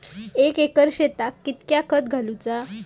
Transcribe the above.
एक एकर शेताक कीतक्या खत घालूचा?